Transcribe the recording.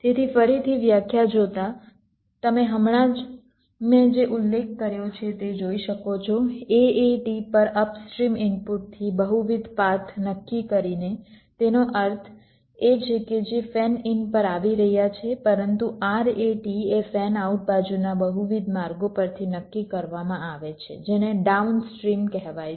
તેથી ફરીથી વ્યાખ્યા જોતા તમે હમણાં જ મેં જે ઉલ્લેખ કર્યો છે તે જોઈ શકો છો AAT પર અપસ્ટ્રીમ ઇનપુટથી બહુવિધ પાથ નક્કી કરીને તેનો અર્થ એ છે કે જે ફેન ઇન પર આવી રહ્યા છે પરંતુ RAT એ ફેન આઉટ બાજુના બહુવિધ માર્ગો પરથી નક્કી કરવામાં આવે છે જેને ડાઉનસ્ટ્રીમ કહેવાય છે